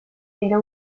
era